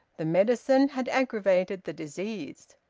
the medicine had aggravated the disease.